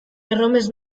erromes